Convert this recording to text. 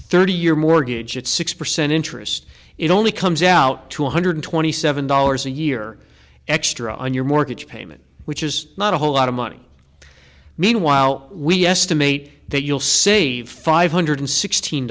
thirty year mortgage at six percent interest it only comes out to one hundred twenty seven dollars a year extra on your mortgage payment which is not a whole lot of money meanwhile we estimate that you'll save five hundred sixteen